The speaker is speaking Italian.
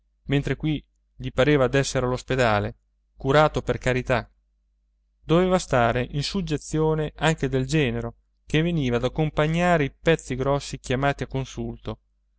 mentre qui gli pareva d'essere all'ospedale curato per carità doveva stare in suggezione anche del genero che veniva ad accompagnare i pezzi grossi chiamati a consulto